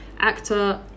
actor